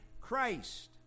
Christ